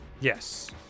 Yes